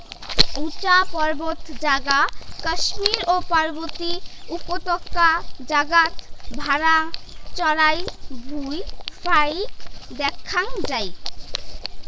উচা পার্বত্য জাগা কাশ্মীর ও পার্বতী উপত্যকা জাগাত ভ্যাড়া চরার ভুঁই ফাইক দ্যাখ্যাং যাই